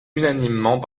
unanimement